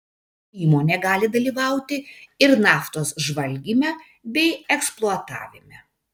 įmonė gali dalyvauti ir naftos žvalgyme bei eksploatavime